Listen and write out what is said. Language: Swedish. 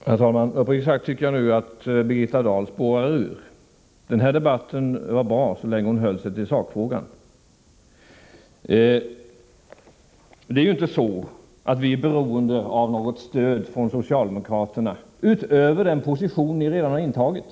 Herr talman! Uppriktigt sagt tycker jag att Birgitta Dahl spårar ur. Den här debatten var bra så länge hon höll sig till sakfrågan. Vi är inte beroende av något stöd från er socialdemokrater utöver den position ni redan har intagit.